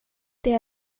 det